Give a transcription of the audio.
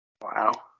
Wow